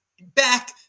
back